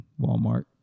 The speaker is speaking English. Walmart